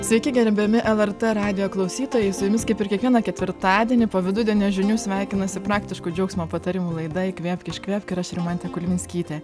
sveiki gerbiami lrt radijo klausytojai su jumis kaip ir kiekvieną ketvirtadienį po vidudienio žinių sveikinasi praktiškų ir džiaugsmo patarimų laida įkvėpk iškvėpk ir aš rimantė kulvinskytė